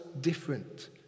different